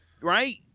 right